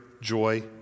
joy